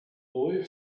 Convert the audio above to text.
boy